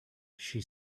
she